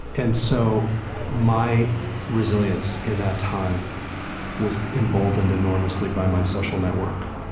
and so my resilience in that time was emboldened enormously by my social network.